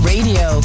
Radio